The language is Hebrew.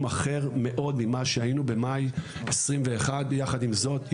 אחר מאוד ממה שהיינו במאי 2021. יחד עם זאת,